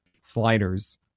sliders